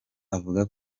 avuga